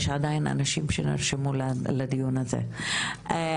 יש עדיין עוד אנשים שנרשמו לדיון הזה ועוד לא שמענו אותם.